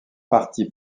partie